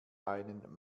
einen